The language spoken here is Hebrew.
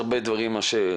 התוצאות.